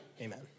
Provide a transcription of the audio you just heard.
Amen